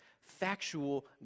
factual